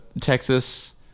Texas